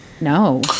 no